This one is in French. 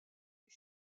est